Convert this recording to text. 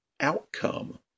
outcome